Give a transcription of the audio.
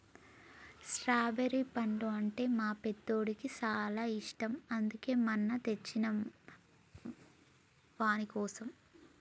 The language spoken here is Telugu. స్ట్రాబెరి పండ్లు అంటే మా పెద్దోడికి చాలా ఇష్టం అందుకనే మొన్న తెచ్చినం వానికోసం